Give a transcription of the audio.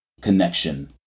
connection